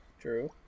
True